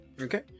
Okay